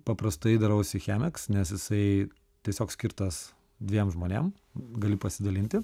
paprastai darausi chemeks nes jisai tiesiog skirtas dviem žmonėm gali pasidalinti